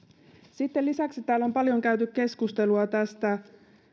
sitten lisäksi täällä on paljon käyty keskustelua